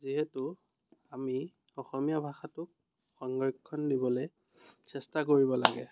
যিহেতু আমি অসমীয়া ভাষাটোক সংৰক্ষণ দিবলৈ চেষ্টা কৰিব লাগে